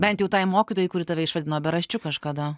bent jau tai mokytojai kuri tave išvadino beraščiu kažkada